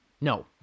no